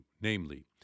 namely